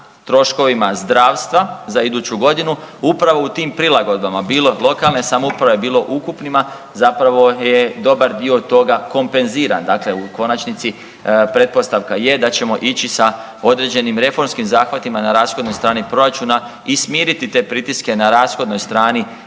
troškovima zdravstva za iduću godinu upravo u tim prilagodbama bilo lokalne samouprave, bilo ukupnima zapravo je dobar dio toga kompenziran. Dakle, u konačnici pretpostavka je da ćemo ići sa određenim reformskim zahvatima na rashodnoj strani proračuna i smiriti te pritiske na rashodnoj strani